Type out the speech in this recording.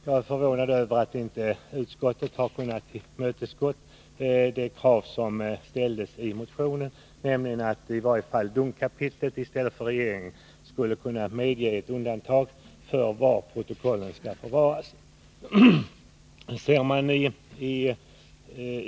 Jag är förvånad över att utskottet inte har kunnat tillmötesgå kravet i motionen, att domkapitlet i stället för regeringen skall kunna medge undantag från bestämmelsen att protokollen skall förvaras i kyrkoarkiv.